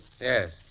Yes